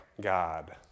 God